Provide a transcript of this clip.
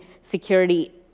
security